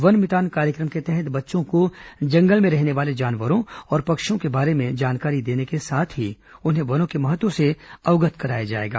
one मितान कार्यक्रम के तहत बच्चों को जंगल में रहने वाले जानवरों और पक्षियों के बारे में जानकारी देने के साथ ही उन्हें वनों के महत्व से अवगत कराया जाएगा